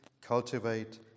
cultivate